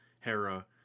Hera